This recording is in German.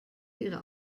ihrer